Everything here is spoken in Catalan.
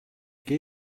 què